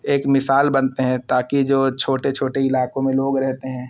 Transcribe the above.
ایک مثال بنتے ہیں تاکہ جو چھوٹے چھوٹے علاقوں میں لوگ رہتے ہیں